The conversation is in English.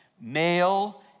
Male